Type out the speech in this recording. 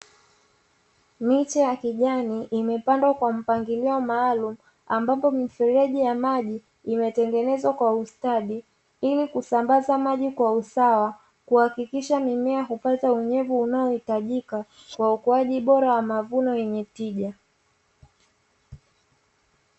Miche ya kijani imepandwa kwa mpangilio maalumu, ambapo mifereji ya maji inatengenezwa kwa ustadi ili kusambaza maji kwa usawa kuhakikisha mimea hupata unyevu unaohitajika kwa ukuaji bora wa mavuno yenye tija.